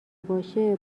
باشه